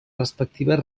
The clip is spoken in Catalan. respectives